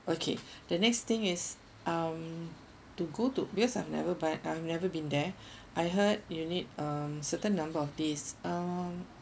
okay the next thing is um to go to because I've never but I've never been there I heard you need um certain number of days um